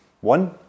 One